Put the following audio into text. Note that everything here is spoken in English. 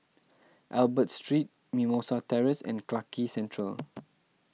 Albert Street Mimosa Terrace and Clarke Quay Central